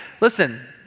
listen